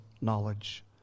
knowledge